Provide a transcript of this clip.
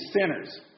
sinners